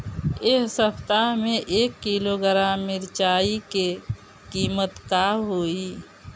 एह सप्ताह मे एक किलोग्राम मिरचाई के किमत का होई?